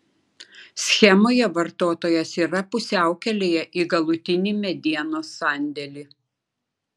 schemoje vartotojas yra pusiaukelėje į galutinį medienos sandėlį